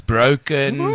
Broken